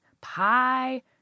pie